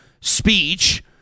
speech